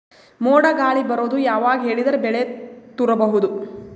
ಮೋಡ ಗಾಳಿ ಬರೋದು ಯಾವಾಗ ಹೇಳಿದರ ಬೆಳೆ ತುರಬಹುದು?